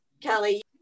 Kelly